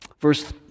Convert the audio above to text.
Verse